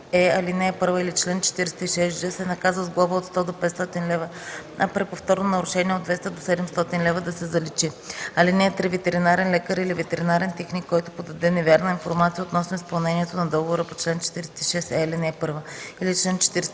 46е, ал. 1 или чл. 46ж, се наказва с глоба от 100 до 500 лв., а при повторно нарушение – от 200 до 700 лв. – да се заличи. (3) Ветеринарен лекар или ветеринарен техник, който подаде невярна информация относно изпълнението на договора по чл. 46е, ал. 1 или чл. 46ж,